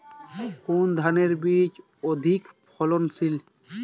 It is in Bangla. কোন ধান বীজ অধিক ফলনশীল?